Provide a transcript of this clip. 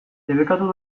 debekatu